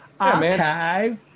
okay